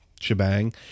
shebang